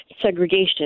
segregation